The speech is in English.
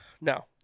No